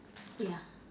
ya